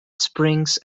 springs